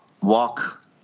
walk